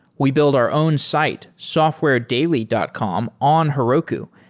we build our own site, softwaredaily dot com on heroku,